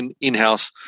in-house